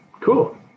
Cool